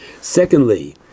Secondly